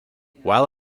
while